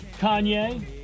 Kanye